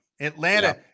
Atlanta